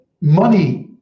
money